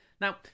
Now